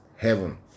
heaven